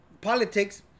politics